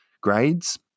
grades